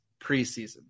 preseason